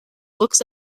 looks